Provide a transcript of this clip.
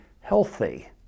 healthy